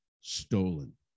stolen